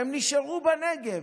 והם נשארו בנגב,